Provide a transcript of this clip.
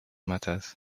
matters